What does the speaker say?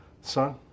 Son